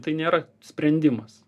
tai nėra sprendimas